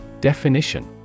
Definition